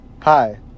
Hi